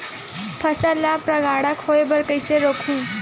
फसल ल परागण होय बर कइसे रोकहु?